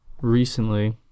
recently